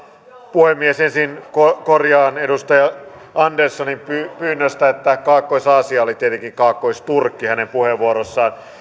puhemies ensin korjaan edustaja anderssonin pyynnöstä että kaakkois aasia oli tietenkin kaakkois turkki hänen puheenvuorossaan